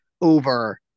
over